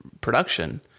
production